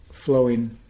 Flowing